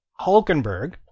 Hulkenberg